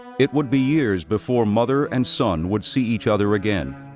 it would be years before mother and son would see each other again,